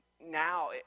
now